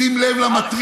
שים לב למטריצה,